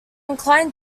incline